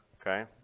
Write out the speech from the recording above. Okay